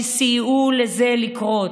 שסייעו לזה לקרות,